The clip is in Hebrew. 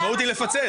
המשמעות היא לפצל,